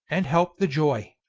and help the joy.